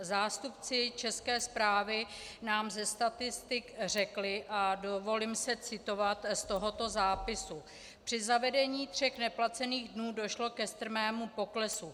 Zástupci České správy nám ze statistik řekli, a dovolím si citovat z tohoto zápisu: Při zavedení tří neplacených dnů došlo ke strmému poklesu.